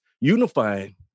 unifying